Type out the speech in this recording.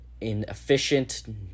inefficient